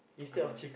uh